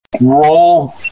roll